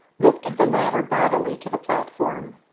lifted the latter bodily to the platform.